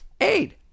Eight